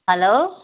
hello